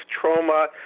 Trauma